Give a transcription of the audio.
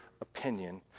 opinion